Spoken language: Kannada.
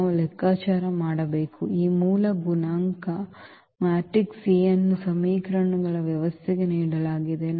ನಾವು ಲೆಕ್ಕಾಚಾರ ಮಾಡಬೇಕು ಈ ಮೂಲ ಗುಣಾಂಕ ಮ್ಯಾಟ್ರಿಕ್ಸ್ A ಅನ್ನು ಸಮೀಕರಣಗಳ ವ್ಯವಸ್ಥೆಗೆ ನೀಡಲಾಗಿದೆ